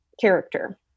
character